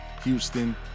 Houston